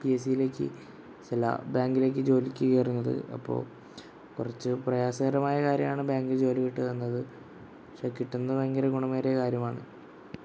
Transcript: പിഎസ്സിയിലേക്ക് ചില ബാങ്കിലേക്ക് ജോലിക്ക് കയറുന്നത് അപ്പോൾ കുറച്ചു പ്രയാസകരമായ കാര്യമാണ് ബാങ്കിൽ ജോലി കിട്ടുക എന്നത് പക്ഷെ കിട്ടുന്നത് ഭയങ്കര ഗുണകരമായ കാര്യമാണ്